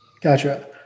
gotcha